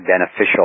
beneficial